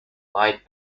light